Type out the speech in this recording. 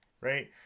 right